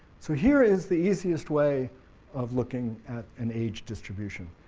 so here is the easiest way of looking at an age distribution.